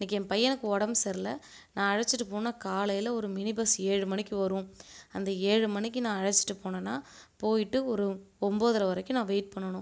இன்றைக்கி என் பையனுக்கு உடம்பு சரியில்ல நான் அழைச்சிட்டு போகணுன்னா காலையில் ஒரு மினி பஸ் ஒரு ஏழு மணிக்கு வரும் அந்த ஏழு மணிக்கு நான் அழைச்சிட்டு போனேன்னால் போயிட்டு ஒரு ஒம்பதர வரைக்கும் நான் வெயிட் பண்ணணும்